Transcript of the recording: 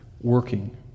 working